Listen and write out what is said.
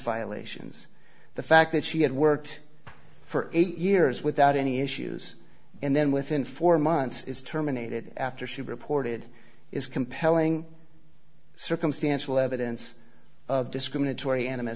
violations the fact that she had worked for eight years without any issues and then within four months is terminated after she reported is compelling circumstantial evidence of discriminatory anim